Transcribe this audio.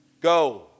go